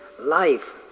life